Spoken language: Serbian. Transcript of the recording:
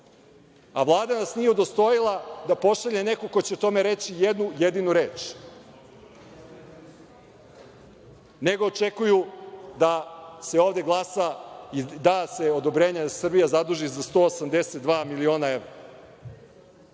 a Vlada nas nije udostojila da pošalje nekog ko će o tome reći jednu jedinu reč, nego očekuju da se ovde glasa i da se odobrenje da se Srbija zaduži za 182 miliona